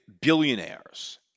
billionaires